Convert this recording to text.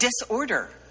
disorder